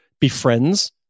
befriends